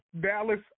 Dallas